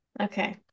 okay